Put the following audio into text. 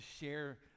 share